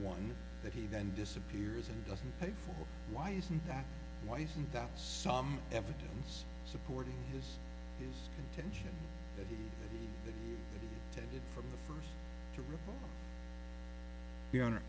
one that he then disappears and doesn't pay for why isn't that why isn't that some evidence supporting his tension for the first